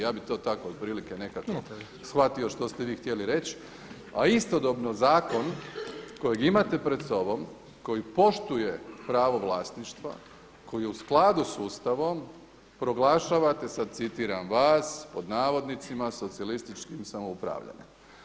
Ja bih to tako nekako shvatio što ste vi htjeli reći, a istodobno zakon kojeg imate pred sobom, koji poštuje pravo vlasništva, koji je u skladu sa Ustavom proglašavate sad citiram vas pod navodnicima socijalističkim upravljanjem.